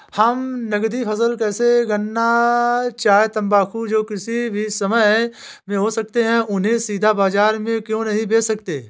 हम नगदी फसल जैसे गन्ना चाय तंबाकू जो किसी भी समय में हो सकते हैं उन्हें सीधा बाजार में क्यो नहीं बेच सकते हैं?